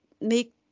make